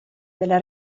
della